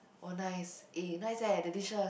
oh nice eh nice eh the dishes